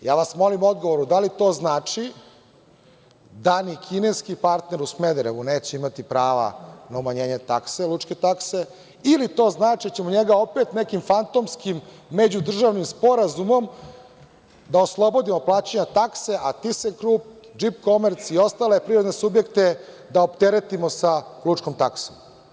Ja vas molim za odgovor da li to znači da ni kineski partner u Smederevu neće imati prava na umanjenje takse, lučke takse, ili to znači da ćemo njega opet nekim fantomskim međudržavnim sporazumom, da oslobodimo plaćanja takse, a TIS-a klub, JEEP commerce i ostale privredne subjekte da opteretimo sa lučkom taksom.